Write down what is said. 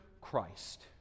Christ